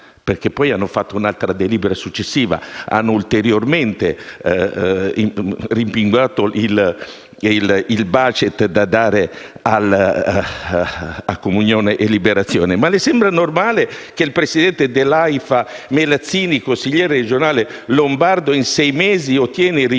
perché hanno fatto un'altra delibera successiva rimpinguando ulteriormente il *budget* da dare a Comunione e Liberazione. Ma le sembra normale che il presidente dell'AIFA Melazzini, consigliere regionale lombardo, in sei mesi ottenga rimborsi